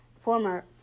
former